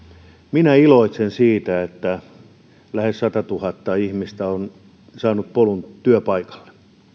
minä iloitsen siitä että lähes satatuhatta ihmistä on saanut polun työpaikalle